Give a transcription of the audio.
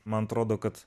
man atrodo kad